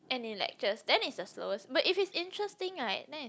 and in lectures then it's the slowest but if it's interesting right then it's